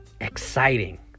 exciting